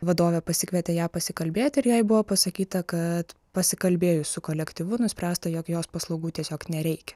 vadovė pasikvietė ją pasikalbėti ir jai buvo pasakyta kad pasikalbėjus su kolektyvu nuspręsta jog jos paslaugų tiesiog nereikia